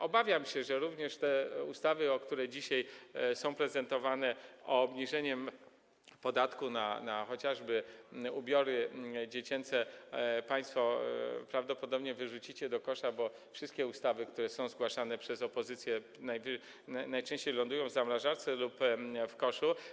Obawiam się, że również te ustawy, które dzisiaj są prezentowane, o obniżeniu podatku na chociażby ubiory dziecięce, państwo prawdopodobnie wyrzucicie do kosza, bo wszystkie ustawy, które są zgłaszane przez opozycję, najczęściej lądują w zamrażarce lub w koszu.